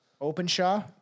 openshaw